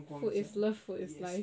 food is love food is life